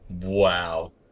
Wow